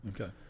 Okay